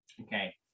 Okay